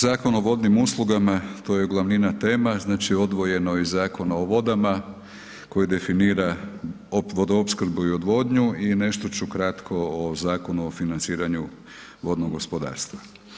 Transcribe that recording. Zakon o vodnim uslugama to je glavnina tema, znači odvojeno i Zakon o vodama koji definira vodoopskrbu i odvodnju i nešto ću kratko o Zakonu o financiranju vodnog gospodarstva.